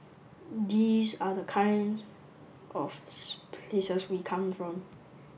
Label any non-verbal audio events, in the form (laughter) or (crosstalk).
these are the kinds of (unintelligible) places we come from